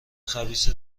خبیث